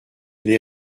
les